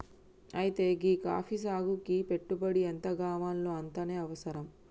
అయితే గీ కాఫీ సాగుకి పెట్టుబడి ఎంతగావాల్నో అంతనే అవసరం